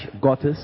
Gottes